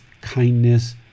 kindness